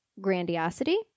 Grandiosity